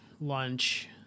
lunch